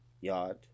yard